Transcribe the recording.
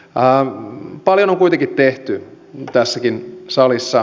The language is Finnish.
paljon on kuitenkin tehty tässäkin salissa